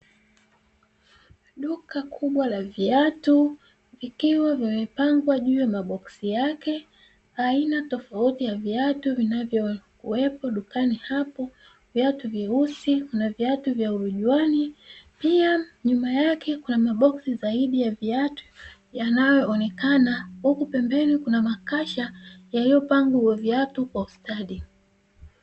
Duka kubwa la viatu vikiwa vimepangwa juu ya maboksi yake. Aina tofauti ya viatu vinavyowekwa dukani hapo ni viatu vyeusi, kuna viatu vya urujuani. Pia nyuma yake kuna maboksi zaidi ya viatu yanayoonekana, huku pembeni kuna makasha yaliyopangwa kwa viatu kwa ustadi.